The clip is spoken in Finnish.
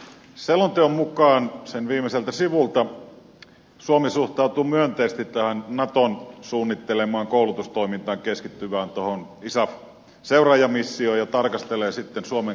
selonteon mukaan luen sen viimeiseltä sivulta suomi suhtautuu myönteisesti tähän naton suunnittelemaan koulutustoimintaan keskittyvään isafin seuraajamissioon ja tarkastelee sitten suomen kantaa myöhemmin